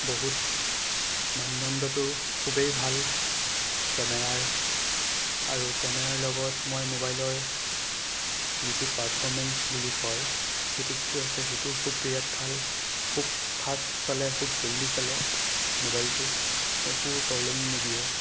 বহুত মানদণ্ডটো খুবেই ভাল কেমেৰাৰ আৰু কেমেৰাৰ লগত মই মোবাইলৰ যিটো পাৰ্ফৰমেঞ্চ ফাষ্ট বুলি কয় সেইটো যিটো আছে সেইটো খুব বিৰাট ভাল খুব ফাষ্ট চলে খুব জল্ডি চলে মোবাইলটো একো প্ৰবলেম নিদিয়ে